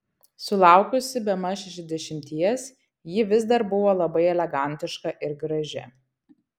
sulaukusi bemaž šešiasdešimties ji vis dar buvo labai elegantiška ir graži